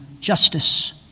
justice